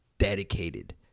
dedicated